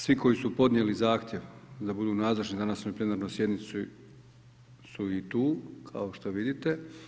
Svi koji su podnijeli zahtjev da budu nazočni danas na ovoj plenarnoj sjednici su i tu kao što vidite.